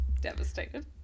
Devastated